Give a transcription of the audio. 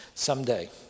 Someday